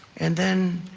and then,